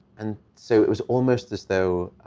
and so it was almost as though